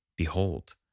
Behold